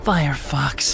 Firefox